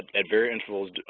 at varied intervals,